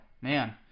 man